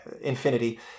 infinity